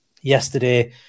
yesterday